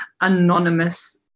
anonymous